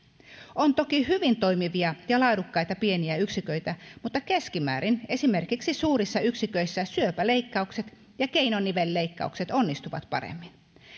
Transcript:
on toki hyvin toimivia ja laadukkaita pieniä yksiköitä mutta keskimäärin suurissa yksiköissä esimerkiksi syöpäleikkaukset ja keinonivelleikkaukset onnistuvat paremmin